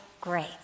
great